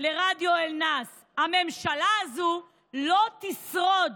לרדיו א-נאס: הממשלה הזו לא תשרוד